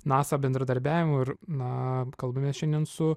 nasa bendradarbiavimu ir na kalbamės šiandien su